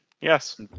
Yes